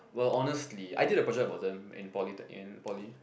well honestly I did a project about them in polytec~ in poly